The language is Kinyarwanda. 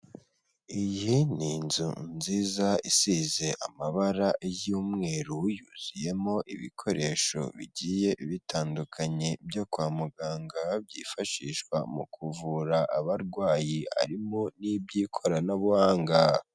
Iyi ni inzu nziza isize amabara y'umweru, yuzuyemo ibikoresho bigiye bitandukanye byo kwa muganga, byifashishwa mu kuvura abarwayi, harimo n'iby'ikoranabuhanga.